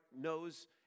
knows